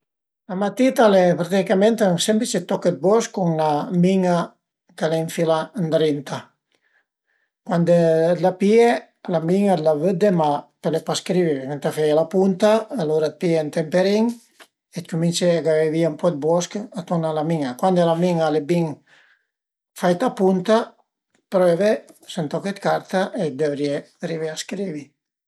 La matita al e praticament ën semplice toch dë bosch cun 'na min-a ch'al e ënfilà ëndrinta, cuandi la pìe la min-a la vëddi, ma pöle pa scrivi, ëntà feie la punta, alura pìe ën temperin e cumincie a gavè vìa ën po dë bosch aturna a la min-a, cuandi la min-a al e bin faita a punta, pröve s'ün toch dë carta e dëvrìe arivé a scrivi